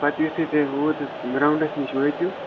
پَتہٕ یُتھُے تُہۍ ہوٗتَس گرٛاوُنٛڈَس نِش وٲتِو